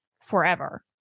forever